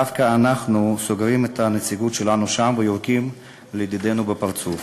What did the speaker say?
דווקא אנחנו סוגרים את הנציגות שלנו שם ויורקים לידידינו בפרצוף.